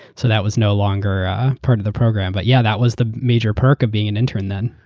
so that was no longer part of the program. but yeah that was the major perk of being an intern then.